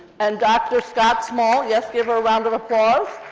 and dr. scott small, yes, give her a round of applause.